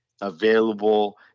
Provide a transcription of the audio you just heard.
available